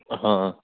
હા